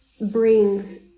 brings